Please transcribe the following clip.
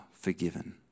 forgiven